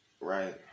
Right